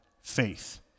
faith